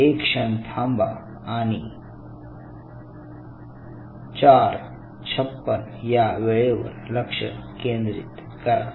एक क्षण थांबा आणि 456 या वेळेवर लक्ष केंद्रीत करा